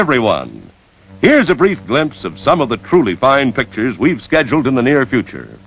everyone here's a brief glimpse of some of the truly fine pictures we've scheduled in the near future